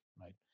right